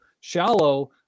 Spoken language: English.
shallow